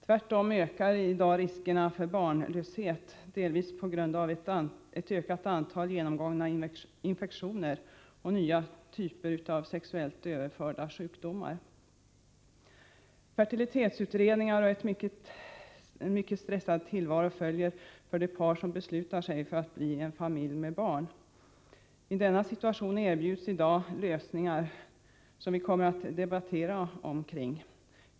Tvärtom ökar i dag riskerna för barnlöshet, delvis på grund av ett större antal genomgångna infektioner och nya typer av sexuellt överförda sjukdomar. Fertilitetsutredningar och en mycket stressad tillvaro följer för det par som beslutat sig för att bli en familj med barn. I denna situation erbjuds i dag olika lösningar.